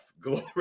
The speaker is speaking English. Glory